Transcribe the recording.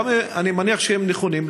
אני מניח שהם נכונים,